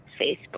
Facebook